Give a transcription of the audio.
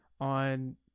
on